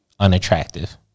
unattractive